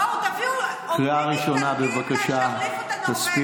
בואו, תביאו עובדים איטלקים ותחליפו את הנורבגים.